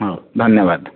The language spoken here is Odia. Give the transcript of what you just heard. ହଉ ଧନ୍ୟବାଦ